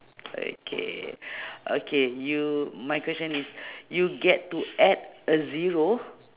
okay okay you my question is you get to add a zero